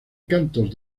cantos